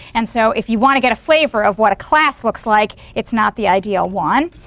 and so if you want to get a flavor of what a class looks like it's not the ideal one.